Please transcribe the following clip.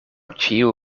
ĉiu